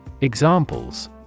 Examples